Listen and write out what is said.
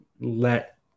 let